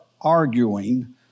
arguing